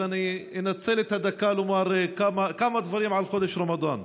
אני אנצל את הדקה לומר כמה דברים על חודש רמדאן.